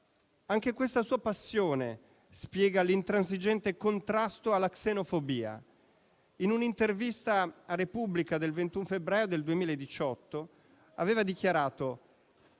Anche questa sua passione spiega l'intransigente contrasto alla xenofobia. In un'intervista a Repubblica del 21 febbraio del 2018 aveva dichiarato: